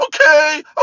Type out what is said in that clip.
okay